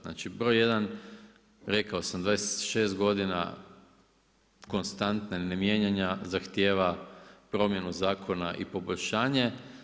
Znači, broj jedan, rekao sam 26 godina konstante ne mijenjanja, zahtijeva promjenu zakona i poboljšanje.